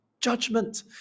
judgment